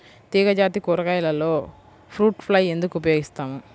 తీగజాతి కూరగాయలలో fruit fly ఎందుకు ఉపయోగిస్తాము?